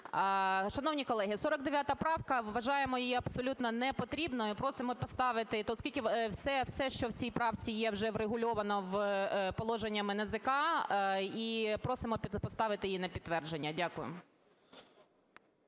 Шановні колеги, 49 правка, вважаємо її абсолютно непотрібною і просимо поставити, оскільки все, що в цій правці є, вже врегульовано положеннями НАЗК, і просимо поставити її на підтвердження. Дякую.